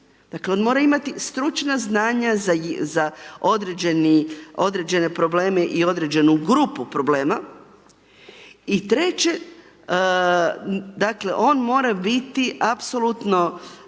dakle on mora imati stručna znanja za određene probleme i određenu grupu problema. I treće, dakle on mora biti apsolutno